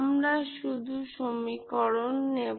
আমরা শুধু সমীকরণ নেব